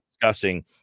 discussing